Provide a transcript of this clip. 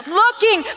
looking